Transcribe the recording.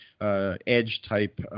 edge-type